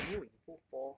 no you go four